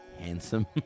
Handsome